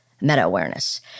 meta-awareness